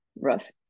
Russ